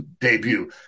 debut